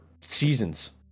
seasons